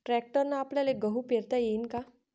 ट्रॅक्टरने आपल्याले गहू पेरता येईन का?